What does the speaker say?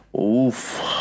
Oof